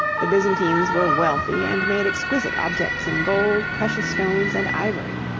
the byzantines were wealthy and made exquisite objects in gold, precious stones, and ivory.